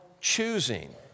choosing